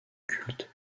culte